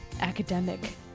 academic